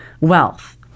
wealth